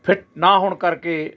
fit ਨਾ ਹੋਣ ਕਰਕੇ